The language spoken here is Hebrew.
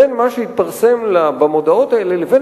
בין מה שהתפרסם במודעות האלה לבין